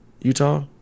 Utah